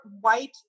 white